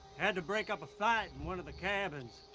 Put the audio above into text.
had to break up a fight in one of the cabins.